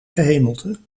gehemelte